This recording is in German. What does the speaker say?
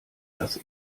das